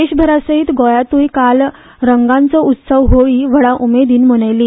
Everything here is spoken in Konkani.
देशभरासयत गोंयातुय काल रंगांचो उत्सव होळी व्हडा उमेदीन मनयली